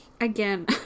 Again